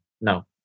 no